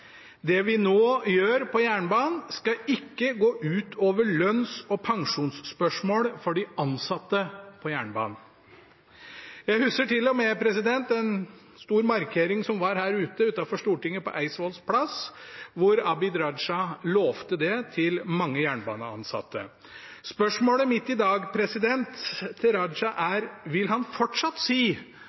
det vi nå gjør på jernbanen, skal ikke gå ut over lønns- og pensjonsspørsmål for de ansatte på jernbanen. Jeg husker til og med en stor markering som var her ute, utenfor Stortinget, på Eidsvolls plass, hvor Abid Q. Raja lovte det til mange jernbaneansatte. Spørsmålet mitt til Raja i dag er: Vil han fortsatt si